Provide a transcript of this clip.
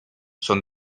son